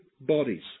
bodies